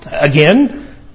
Again